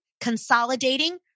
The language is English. consolidating